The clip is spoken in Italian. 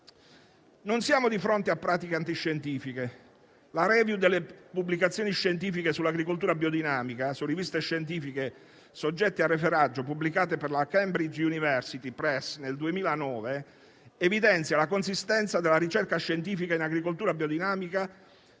Non siamo di fronte a pratiche antiscientifiche, infatti la *review* delle pubblicazioni scientifiche sull'agricoltura biodinamica su riviste scientifiche soggette a referaggio, pubblicate per la Cambridge University Press nel 2009, evidenzia la consistenza della ricerca scientifica in agricoltura biodinamica,